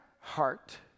heart